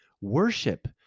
worship